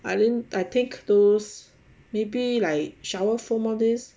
I don't I take those maybe like shower foam all these